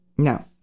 No